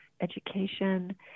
education